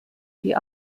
die